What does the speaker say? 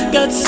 Got